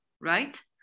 Right